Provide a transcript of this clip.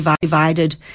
divided